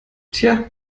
tja